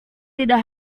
tidak